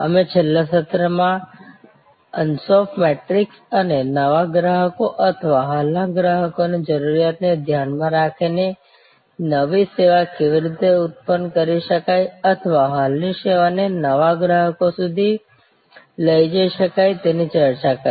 અમે છેલ્લા સત્રમાં અન્સોફ મેટ્રિક્સ અને નવા ગ્રાહકો અથવા હાલના ગ્રાહકોની જરૂરિયાતને ધ્યાનમાં રાખીને નવી સેવા કેવી રીતે ઉત્પન કરી શકાય અથવા હાલની સેવાને નવા ગ્રાહકો સુધી લઈ જઈ શકાય તેની ચર્ચા કરી